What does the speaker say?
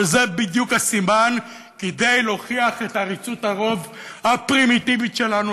אבל זה בדיוק הסימן כדי להוכיח את עריצות הרוב הפרימיטיבית שלנו,